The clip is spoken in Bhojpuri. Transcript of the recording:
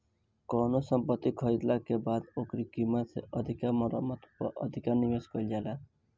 कवनो संपत्ति खरीदाला के बाद ओकरी कीमत से अधिका मरम्मत पअ अधिका निवेश कईल जाला